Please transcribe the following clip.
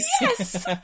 yes